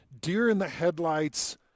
deer-in-the-headlights